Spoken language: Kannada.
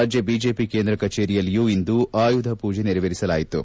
ರಾಜ್ಯ ಬಿಜೆಪಿ ಕೇಂದ್ರ ಕಚೇರಿಯಲ್ಲಿಯೂ ಇಂದು ಆಯುಧ ಪೂಜೆ ನೆರವೇರಿಸಲಾಯಿತು